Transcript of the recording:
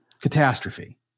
catastrophe